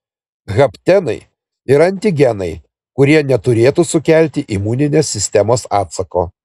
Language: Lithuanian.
haptenai yra antigenai kurie neturėtų sukelti imuninės sistemos atsako